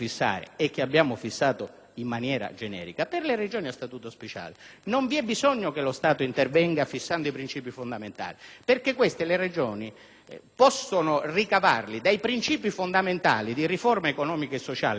in maniera generica), mentre per le Regioni a Statuto speciale non vi è bisogno che lo Stato intervenga fissando i princìpi fondamentali perché questi le Regioni possono ricavarli dai princìpi fondamentali di riforma economica e sociale che riguardano il nostro Paese,